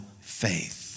faith